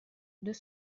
deux